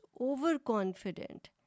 overconfident